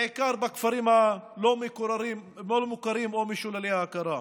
בעיקר בכפרים הלא-מוכרים או משוללי ההכרה.